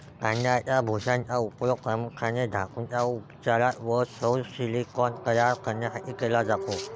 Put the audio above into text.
तांदळाच्या भुशाचा उपयोग प्रामुख्याने धातूंच्या उपचारात व सौर सिलिकॉन तयार करण्यासाठी केला जातो